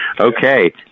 Okay